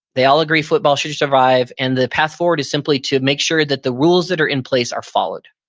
they all agree football should survive, and the path forward is simply to make sure that the rules that are in place are followed.